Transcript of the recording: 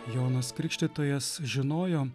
jonas krikštytojas žinojo